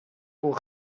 pour